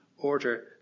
order